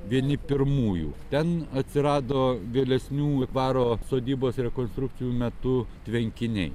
vieni pirmųjų ten atsirado vėlesnių dvaro sodybos rekonstrukcijų metu tvenkiniai